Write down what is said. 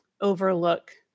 overlook